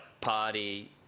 party